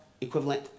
equivalent